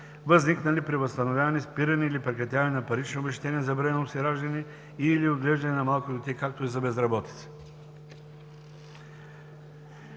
възникнали при възстановяване, спиране или прекратяване на парични обезщетения за бременност и раждане и/или отглеждане на малко дете, както и за безработица.